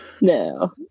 no